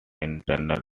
internal